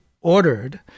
ordered